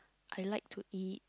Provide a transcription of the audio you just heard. I like to eat